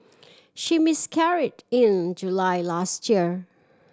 she miscarried in July last year